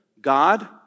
God